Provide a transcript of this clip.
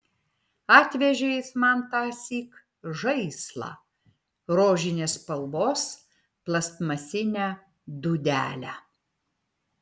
atvežė jis man tąsyk žaislą rožinės spalvos plastmasinę dūdelę